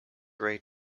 ray